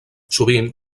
sovint